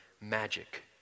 magic